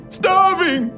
starving